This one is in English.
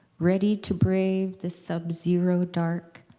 ready to brave the sub-zero dark,